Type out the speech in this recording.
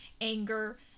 anger